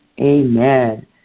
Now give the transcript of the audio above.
Amen